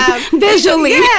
visually